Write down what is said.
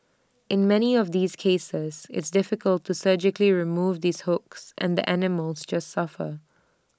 in many of these cases it's difficult to surgically remove these hooks and the animals just suffer